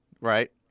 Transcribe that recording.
Right